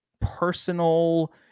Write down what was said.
personal